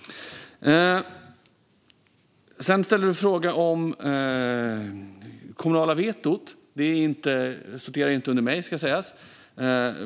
Sedan ställde du en fråga om det kommunala vetot. Det sorterar inte under mig, ska sägas.